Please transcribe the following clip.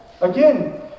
Again